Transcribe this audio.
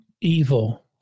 evil